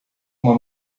uma